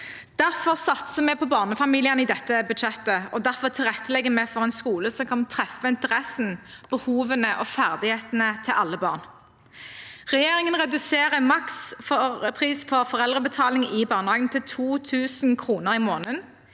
Derfor satser vi på barnefamiliene i dette budsjettet, og derfor tilrettelegger vi for en skole som kan treffe interessene, behovene og ferdighetene til alle barn. Regjeringen reduserer makspris for foreldrebetaling i barnehagen til 2 000 kr i måneden,